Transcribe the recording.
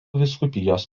vyskupijos